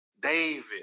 David